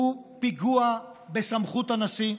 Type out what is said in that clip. הוא פיגוע בסמכות הנשיא,